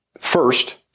First